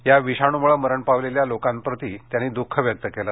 या विषाणूमुळे मरण पावलेल्या लोकांप्रती त्यांनी दुःख व्यक्त केलं